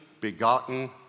begotten